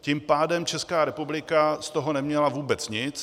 Tím pádem Česká republika z toho neměla vůbec nic.